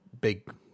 big